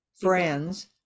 friends